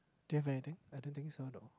do you anything I don't think so though